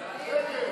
נתקבלה.